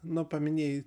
nu paminėjai